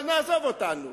אבל נעזוב אותנו,